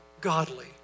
godly